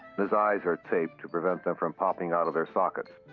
his eyes are taped to prevent them from popping out of their sockets.